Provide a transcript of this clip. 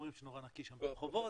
אומרים שנורא נקי ברחובות,